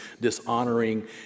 dishonoring